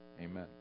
Amen